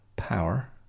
Power